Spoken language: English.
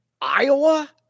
Iowa